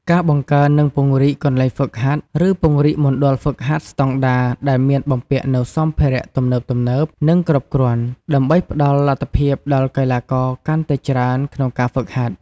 ការបង្កើន និងពង្រីកកន្លែងហ្វឹកហាត់ ឬពង្រីកមណ្ឌលហ្វឹកហាត់ស្តង់ដារដែលមានបំពាក់នូវសម្ភារៈទំនើបៗ និងគ្រប់គ្រាន់ ដើម្បីផ្តល់លទ្ធភាពដល់កីឡាករកាន់តែច្រើនក្នុងការហ្វឹកហាត់។